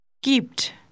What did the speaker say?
Gibt